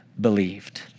believed